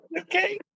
Okay